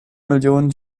millionen